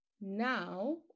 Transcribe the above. Now